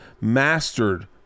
mastered